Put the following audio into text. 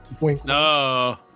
No